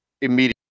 immediately